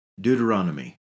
Deuteronomy